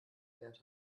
wert